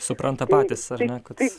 supranta patys ar ne kad